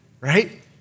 right